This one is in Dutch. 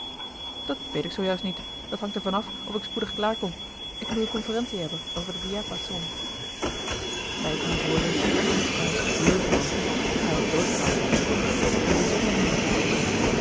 dat weet ik zoo juist niet dat hangt er van af of ik spoedig klaar kom ik moet een conferentie hebben over den diapason gerard keller het testament van mevrouw de tonnette bij die woorden werd anasthase bloedrood hij was doodsbang dat pieter hem bijzonderheden vragen zou